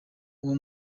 uwo